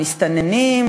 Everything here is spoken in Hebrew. המסתננים,